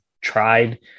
tried